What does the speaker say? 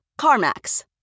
CarMax